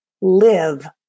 live